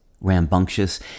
Rambunctious